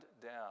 down